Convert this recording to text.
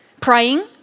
praying